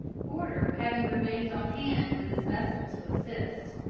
porter having remained on hand with his vessels to assist.